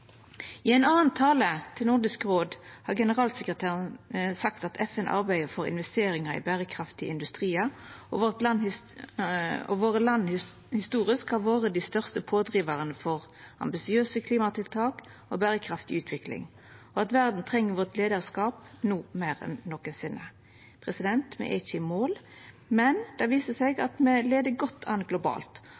I ein annan tale, til Nordisk råd, har generalsekretæren sagt at FN arbeider for investeringar i berekraftige industriar, og at landa våre historisk har vore dei største pådrivarane for ambisiøse klimatiltak og berekraftig utvikling, og at verda treng leiarskapet vårt no meir enn nokosinne. Me er ikkje i mål, men det viser seg at me leier godt an globalt,